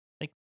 thank